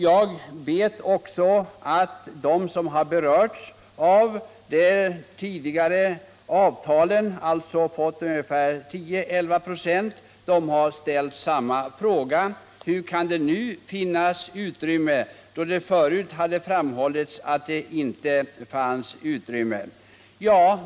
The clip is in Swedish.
Jag vet också att de som berörts av de tidigare avtalen, alltså de som fått ungefär 10-11 96 i löneförhöjning, har ställt samma fråga: Hur kan det nu finnas utrymme när det förut framhållits att det inte fanns utrymme?